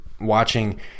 watching